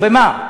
במה?